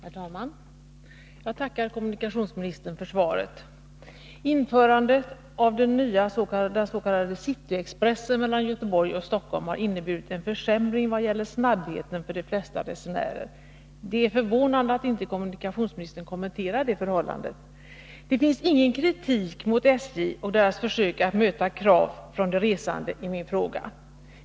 Herr talman! Jag tackar kommunikationsministern för svaret. Införandet av den nya s.k. cityexpressen mellan Göteborg och Stockholm har inneburit en försämring vad gäller snabbheten för de flesta resenärer. Det är förvånande att inte kommunikationsministern kommenterar det förhållandet. Det finns i min fråga ingen kritik mot SJ:s försök att möta krav från de resande.